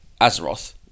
Azeroth